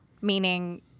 meaning